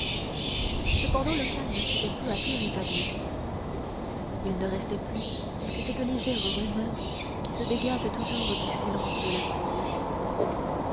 cependant le calme s'était peu à peu rétabli il ne restait plus que cette légère rumeur qui se dégage toujours du silence de la foule